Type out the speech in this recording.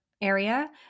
area